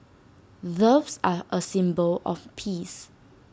doves are A symbol of peace